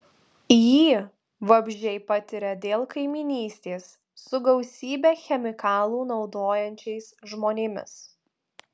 jį vabzdžiai patiria dėl kaimynystės su gausybę chemikalų naudojančiais žmonėmis